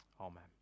Amen